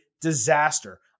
disaster